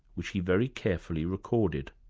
which he very carefully recorded.